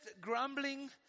grumbling